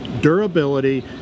durability